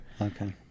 Okay